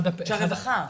של הרווחה?